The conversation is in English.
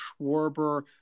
Schwarber